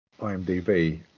IMDb